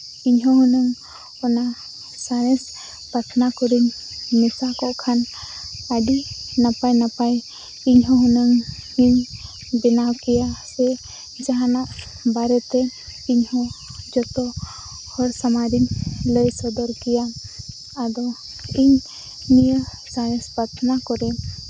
ᱤᱧ ᱦᱚᱸ ᱡᱮ ᱚᱱᱟ ᱥᱟᱬᱮᱥ ᱯᱟᱛᱷᱟᱱ ᱠᱚᱨᱮᱧ ᱢᱮᱥᱟ ᱠᱚᱜ ᱠᱷᱟᱱ ᱟᱹᱰᱤ ᱱᱟᱯᱟᱭᱼᱱᱟᱯᱟᱭ ᱤᱧ ᱦᱚᱸ ᱦᱩᱱᱟᱹᱝᱤᱧ ᱵᱮᱱᱟᱣ ᱠᱮᱭᱟ ᱥᱮ ᱡᱟᱦᱟᱱᱟᱜ ᱵᱟᱨᱮ ᱛᱮ ᱤᱧ ᱦᱚᱸ ᱡᱚᱛᱚ ᱦᱚᱲ ᱥᱟᱢᱟᱝ ᱨᱤᱧ ᱞᱟᱹᱭ ᱥᱚᱫᱚᱨ ᱠᱮᱭᱟ ᱟᱫᱚ ᱤᱧ ᱱᱤᱭᱟᱹ ᱥᱟᱬᱮᱥ ᱯᱟᱛᱷᱱᱟ ᱠᱚᱨᱮ